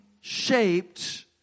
shaped